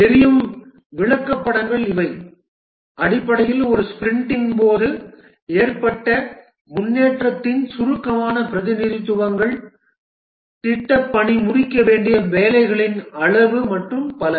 எரியும் விளக்கப்படங்கள் இவை அடிப்படையில் ஒரு ஸ்பிரிண்டின் போது ஏற்பட்ட முன்னேற்றத்தின் சுருக்கமான பிரதிநிதித்துவங்கள் திட்டப்பணி முடிக்க வேண்டிய வேலைகளின் அளவு மற்றும் பல